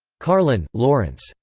carlin, laurence.